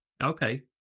Okay